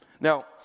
Now